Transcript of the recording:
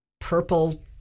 purple